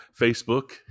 Facebook